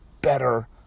better